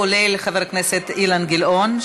כולל חבר הכנסת אילן גילאון,